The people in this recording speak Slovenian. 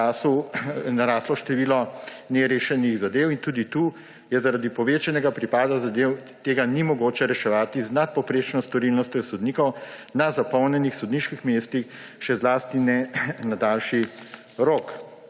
naraslo število nerešenih zadev. In tudi tu zaradi povečanega pripada zadev tega ni mogoče reševati z nadpovprečno storilnostjo sodnikov na zapolnjenih sodniških mestih, še zlasti ne na daljši rok.